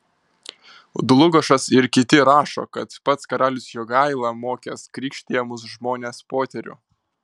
dlugošas ir kiti rašo kad pats karalius jogaila mokęs krikštijamus žmones poterių